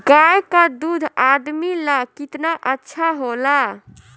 गाय का दूध आदमी ला कितना अच्छा होला?